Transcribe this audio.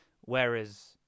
Whereas